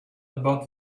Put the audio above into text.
about